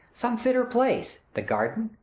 some fitter place the garden,